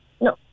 No